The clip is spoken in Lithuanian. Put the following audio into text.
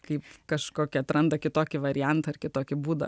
kaip kažkokia atranda kitokį variantą ar kitokį būdą